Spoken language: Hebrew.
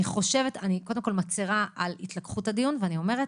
אני קודם כל מצרה על התלקחות הדיון ואני אומרת